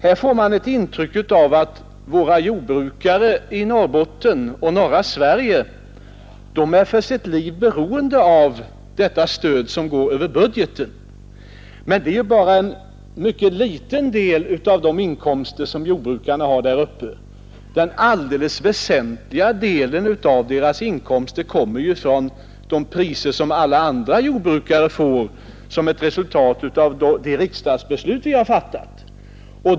Här får man ett intryck av att våra jordbrukare i norra Sverige är för sitt liv beroende av detta stöd som går över budgeten. Men det är bara en liten del av de inkomster som jordbrukarna har där uppe. Den helt väsentliga delen av deras inkomster kommer ju från de produktpriser som alla jordbrukare får som ett resultat av det riksdagsbeslut vi har fattat.